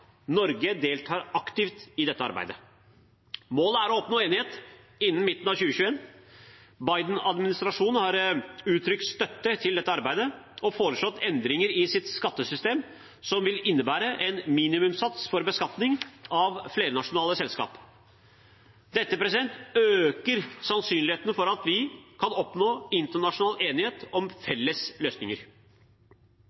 Norge deltar aktivt i dette arbeidet. Målet er å oppnå enighet innen midten av 2021. Biden-administrasjonen har uttrykt støtte til dette arbeidet og foreslått endringer i sitt skattesystem som vil innebære en minimumssats for beskatning av flernasjonale selskap. Dette øker sannsynligheten for at vi kan oppnå internasjonal enighet om